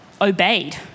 obeyed